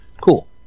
Cool